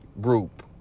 group